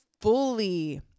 fully